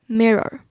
mirror